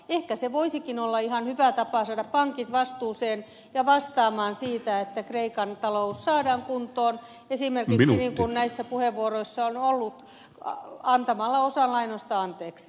ehkä se voisikin olla ihan hyvä tapa saada pankit vastuuseen ja vastaamaan siitä että kreikan talous saadaan kuntoon esimerkiksi niin kuin näissä puheenvuoroissa on ollut antamalla osan lainoista anteeksi